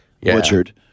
butchered